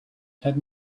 had